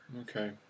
Okay